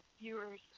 viewers